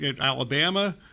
Alabama